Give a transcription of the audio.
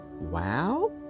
Wow